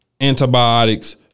antibiotics